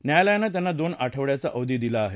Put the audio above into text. न्यायालयानं त्यांना दोन आठवड्याचा अवधी दिला आहे